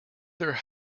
their